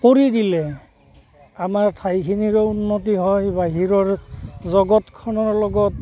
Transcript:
কৰি দিলে আমাৰ ঠাইখিনিৰো উন্নতি হয় বা বাহিৰৰ জগতখনৰ লগত